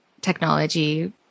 technology